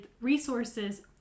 resources